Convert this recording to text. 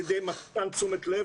על ידי מתן תשומת לב.